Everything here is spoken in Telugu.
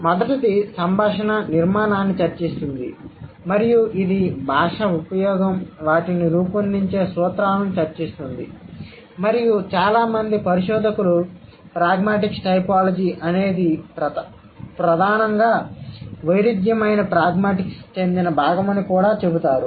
మొదటది సంభాషణ నిర్మాణాన్ని చర్చిస్తుంది మరియు ఇది భాష ఉపయోగం వాటిని రూపొందించే సూత్రాలను చర్చిస్తుంది మరియు చాలా మంది పరిశోధకులు ప్రాగ్మాటిక్స్ టైపోలాజీ అనేది ప్రధానంగా వైరుధ్యమైన ప్రాగ్మాటిక్స్కి చెందిన భాగమని కూడా చెబుతారు